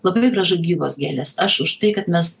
labai gražu gyvos gėlės aš už tai kad mes